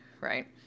right